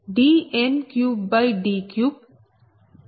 2ln DrDn3D3 mHKm0